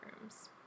rooms